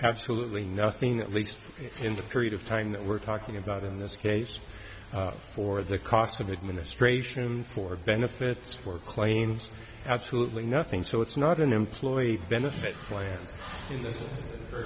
absolutely nothing at least into the period of time that we're talking about in this case for the cost of administration for benefits for claims absolutely nothing so it's not an employee benefit plan